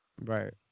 Right